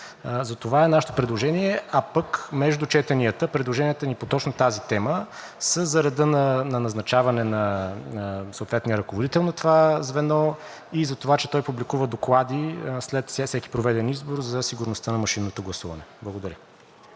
Затова е нашето предложение, а пък между четенията предложенията ни по точно тази тема са за реда на назначаване на съответния ръководител на това звено и за това, че той публикува доклади след всеки проведен избор за сигурността на машинното гласуване. Благодаря.